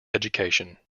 education